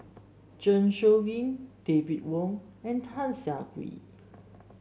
Zeng Shouyin David Wong and Tan Siah Kwee